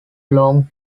long